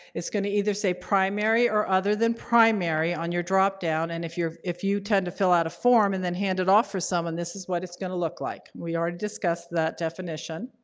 it's going to either say primary or other than primary on your dropdown. and if you're if you tend to fill out a form and then hand it off for someone, this is what it's going to look like. we already discussed that definition.